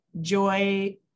joy